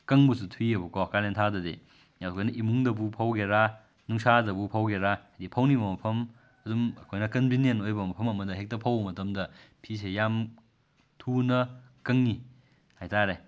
ꯀꯪꯕꯁꯨ ꯊꯨꯏꯑꯕꯀꯣ ꯀꯥꯂꯦꯟ ꯊꯥꯗꯗꯤ ꯑꯩꯈꯣꯏꯅ ꯏꯃꯨꯡꯗꯕꯨ ꯐꯧꯒꯦꯔ ꯅꯨꯡꯁꯥꯗꯕꯨ ꯐꯧꯒꯦꯔ ꯐꯧꯅꯤꯡꯕ ꯃꯐꯝ ꯑꯗꯨꯝ ꯑꯩꯈꯣꯏꯅ ꯀꯟꯚꯤꯅꯤꯌꯦꯟ ꯑꯣꯏꯕ ꯃꯐꯝ ꯑꯃꯗ ꯍꯦꯛꯇ ꯐꯧꯕ ꯃꯇꯝꯗ ꯐꯤꯁꯦ ꯌꯥꯝꯅ ꯊꯨꯅ ꯀꯪꯉꯤ ꯍꯥꯏꯇꯥꯔꯦ